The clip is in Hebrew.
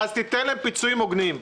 אז תן להם פיצויים הוגנים.